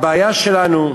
הבעיה שלנו,